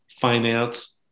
finance